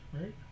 right